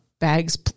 bags